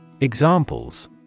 Examples